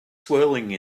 swirling